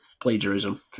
Plagiarism